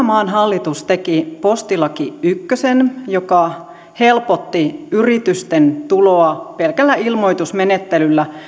maan hallitus teki postilaki ykkösen joka helpotti yritysten tuloa pelkällä ilmoitusmenettelyllä